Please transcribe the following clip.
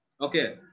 Okay